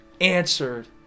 answered